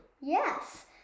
Yes